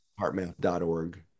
heartmath.org